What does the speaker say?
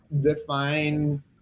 define